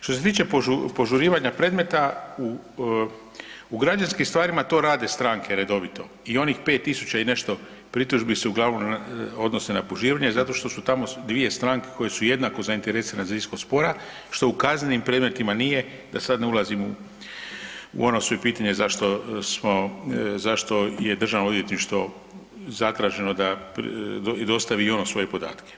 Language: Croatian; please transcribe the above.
Što se tiče požurivanja predmeta u građanskim stvarima to rade stranke redovito i onih 5000 i nešto pritužbi se uglavnom odnose na požurivanje zato što su tamo dvije stranke koje su jednako zainteresirane za ishod spora što u kaznenim predmetima nije, da sad ne ulazim u ono svoje pitanje zašto je državno odvjetništvo zatražilo da dostavi i ono svoje podatke.